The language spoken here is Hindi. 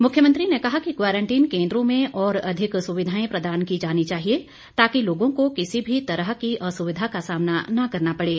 मुख्यमंत्री ने कहा कि क्वारंटीन केन्द्रों में और अधिक सुविधाएं प्रदान की जानी चाहिए ताकि लोगों को किसी भी तरह की असुविधा का सामना न करना पड़े